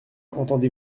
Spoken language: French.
entendez